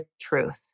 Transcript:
truth